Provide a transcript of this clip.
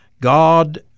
God